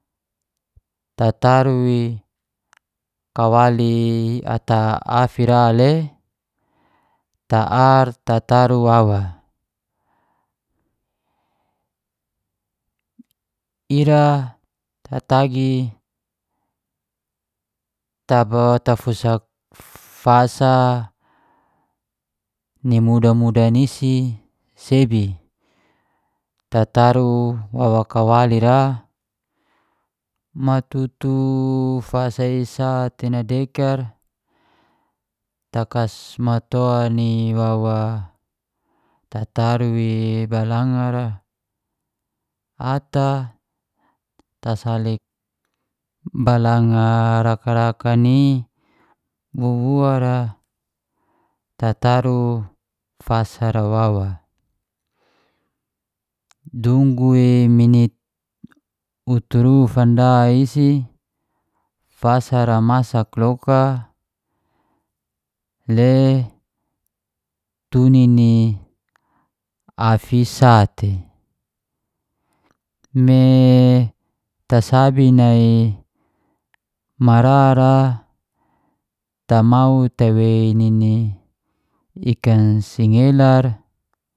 Tataru i kawali ata afi ra le ta ar tataru wawa, ira tatagi tafusak fasa ni mudan- mudan isi sebi, tataru wawa kawali ra matutu fasa isate nadekar takasmaton ni wawa tataru i balangara ata tasalik baranga lakan-lakan i wuwua ra tataru fasa ra wawa. Dunggu i mini uturu fanda isi, fasara masak loka le tunini afi isate, metasabi nai marar ra tamau tawei nini ikan singelar